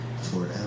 forever